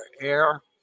Air